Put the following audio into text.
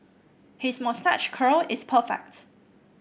his moustache curl is perfect